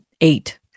Eight